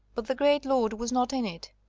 but the great lord was not in it,